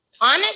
Honest